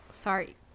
Sorry